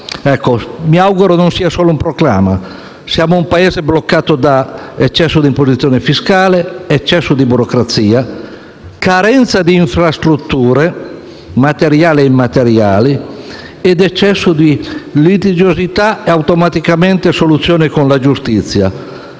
mi auguro non sia solo un proclama. Siamo un Paese bloccato da eccesso di imposizione fiscale, eccesso di burocrazia, carenza di infrastrutture materiali e immateriali ed eccesso di litigiosità e - automaticamente soluzioni - con la giustizia.